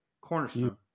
cornerstone